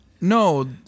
No